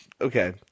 Okay